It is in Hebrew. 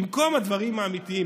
במקום הדברים האמיתיים,